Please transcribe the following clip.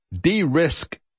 de-risk